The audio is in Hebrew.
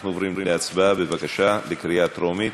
אנחנו עוברים להצבעה בקריאה טרומית,